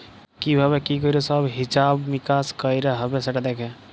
কি ভাবে কি ক্যরে সব হিছাব মিকাশ কয়রা হ্যবে সেটা দ্যাখে